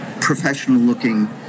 professional-looking